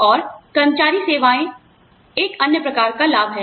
और कर्मचारी सेवाएं एक अन्य प्रकार का लाभ है